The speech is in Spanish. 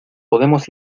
podemos